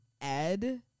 Ed